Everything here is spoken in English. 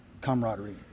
camaraderie